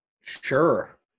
Sure